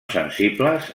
sensibles